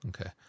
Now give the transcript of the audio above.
Okay